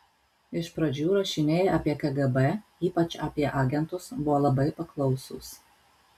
iš pradžių rašiniai apie kgb ypač apie agentus buvo labai paklausūs